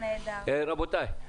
רבותיי,